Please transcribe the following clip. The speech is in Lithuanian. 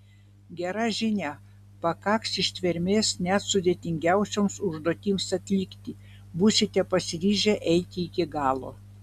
gera žinia pakaks ištvermės net sudėtingiausioms užduotims atlikti būsite pasiryžę eiti iki galo